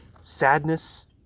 sadness